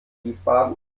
wiesbaden